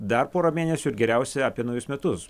dar pora mėnesių ir geriausia apie naujus metus